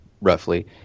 roughly